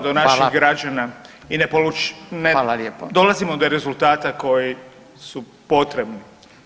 do naših građana i ne .../nerazumljivo/... ne dolazimo do rezultata koji su potrebni.